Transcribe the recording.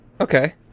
okay